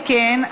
אם כן,